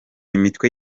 imitwe